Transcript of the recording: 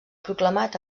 proclamat